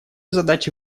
задачи